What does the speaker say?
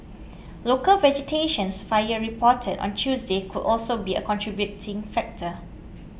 local vegetations fires reported on Tuesday could also be a contributing factor